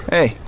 Hey